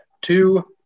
two